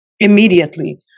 Immediately